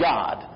God